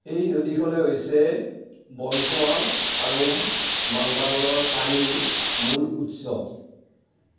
এই নদীখনেই হৈছে বণ্টোৱাল আৰু মাঙ্গালোৰৰ পানীৰ মূল উৎস